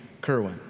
Kerwin